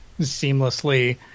seamlessly